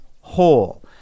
whole